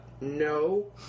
no